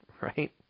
Right